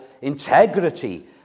integrity